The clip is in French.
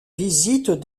visite